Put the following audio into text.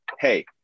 Hey